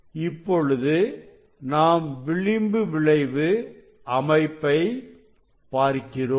இப்பொழுது நாம் விளிம்பு விளைவு அமைப்பை பார்க்கிறோம்